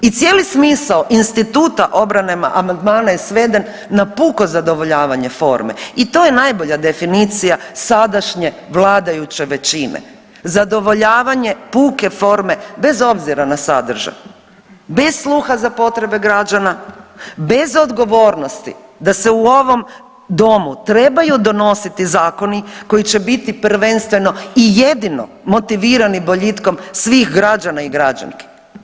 I cijeli smisao instituta obrane amandmana je sveden na puko zadovoljavanje forme i to je najbolja definicija sadašnje vladajuće većine, zadovoljavanje puke forme bez obzira na sadržaj, bez sluha za potrebe građana, bez odgovornosti da se u ovom domu trebaju donositi zakoni koji će biti prvenstveno i jedino motivirani boljitkom svih građana i građanki.